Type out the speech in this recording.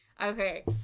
Okay